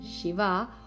shiva